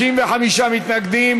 (תיקון, שינוי הגדרת עובד),